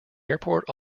airport